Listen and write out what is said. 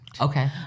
Okay